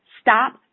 stop